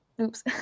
oops